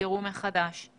נסגרו מחדש תוך זמן קצר.